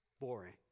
boring